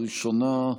ראשונה,